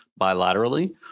bilaterally